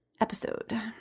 episode